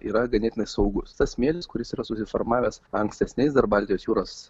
yra ganėtinai saugūs tas smėlis kuris yra susiformavęs ankstesniais dar baltijos jūros